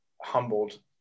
humbled